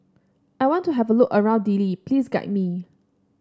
I want to have a look around Dili please guide me